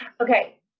okay